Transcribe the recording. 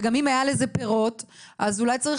וגם אם היה לזה פירות אז אולי צריך